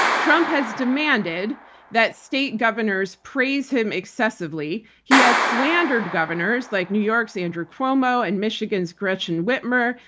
trump has demanded that state governors praise him excessively. he has slandered governors like new york's andrew cuomo, and michigan's gretchen whitmer,